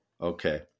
Okay